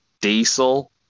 Diesel